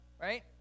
right